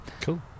Cool